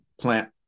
plant